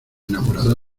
enamorado